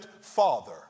father